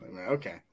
okay